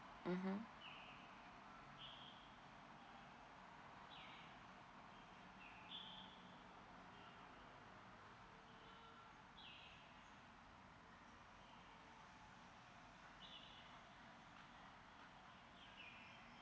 mmhmm